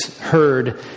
heard